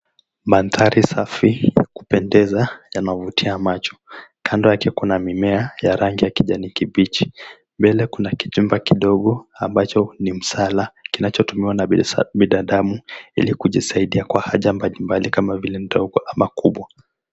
Mandhari safi ya kupendeza yanavutia macho, kando yake kuna mimea ya rangi ya kijani kibichi, mbele kuna kijumba kidogo ambacho ni msala kinachotumiwa na binadamu ili kujisaidia na haja mbali mbali kama vile ndogo ama kubwa.